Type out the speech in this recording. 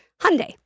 Hyundai